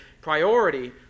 priority